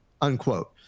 unquote